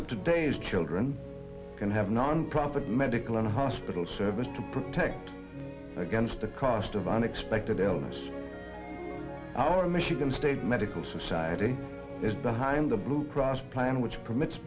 of today's children can have nonprofit medical and hospital service to protect against the cost of unexpected illness our michigan state medical society is behind the blue cross plan which permits